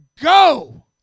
go